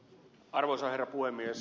arvoisa herra puhemies